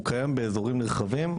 הוא קיים באזורים נרחבים,